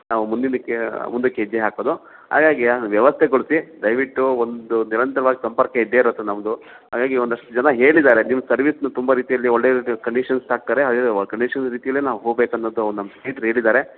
ನಾವು ಮುಂದಿಂದಕ್ಕೆ ಮುಂದಕ್ಕೆ ಹೆಜ್ಜೆ ಹಾಕೋದು ಹಾಗಾಗಿ ವ್ಯವಸ್ಥೆ ಕೊಡಿಸಿ ದಯವಿಟ್ಟು ಒಂದು ನಿರಂತರ್ವಾಗಿ ಸಂಪರ್ಕ ಇದ್ದೇ ಇರುತ್ತೆ ನಮ್ಮದು ಹಾಗಾಗಿ ಒಂದಷ್ಟು ಜನ ಹೇಳಿದ್ದಾರೆ ನಿಮ್ಮ ಸರ್ವಿಸನ್ನೂ ತುಂಬ ರೀತಿಯಲ್ಲಿ ಒಳ್ಳೆ ರೀತಿಯಲ್ಲಿ ಕಂಡಿಷನ್ಸ್ ಹಾಕ್ತಾರೆ ಕಂಡಿಷನ್ಸ್ ರೀತಿಯಲ್ಲೇ ನಾವು ಹೋಬೇಕ್ ಅನ್ನೋದು ನಮ್ಮ ಸ್ನೇಹಿತ್ರು ಹೇಳಿದ್ದಾರೆ